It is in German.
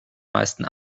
meisten